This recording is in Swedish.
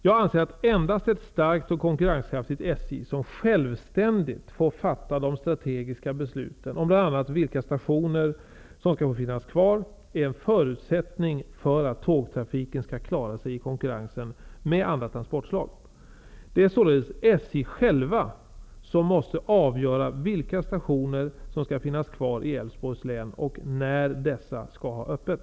Jag anser att endast ett starkt och konkurrenskraftigt SJ, som självständigt får fatta de strategiska besluten om bl.a. vilka stationer som skall finnas kvar, är en förutsättning för att tågtrafiken skall klara sig i konkurrensen med andra transportslag. Det är således SJ självt som måste avgöra vilka stationer som skall finnas kvar i Älvsborgs län och när dessa skall ha öppet.